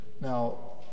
Now